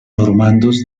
normandos